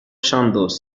chandos